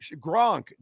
Gronk